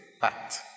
fact